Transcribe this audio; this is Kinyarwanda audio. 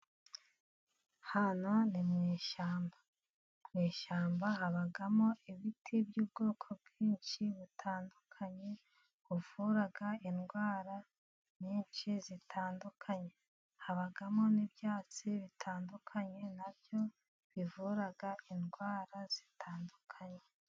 Hano ni mu ishyamba. Mu ishyamba habamo ibiti by'ubwoko bwinshi butandukanye. Buvura indwara nyinshi zitandukanye habamo n'ibyatsi bitandukanye na byo bivura indwara zitandukanye.